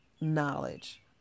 knowledge